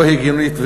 לא הגיונית,